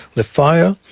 the fire,